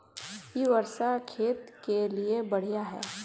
इ वर्षा खेत के लिए बढ़िया है?